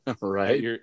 Right